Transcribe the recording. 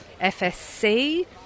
FSC